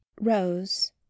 rose